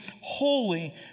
holy